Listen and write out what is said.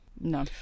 No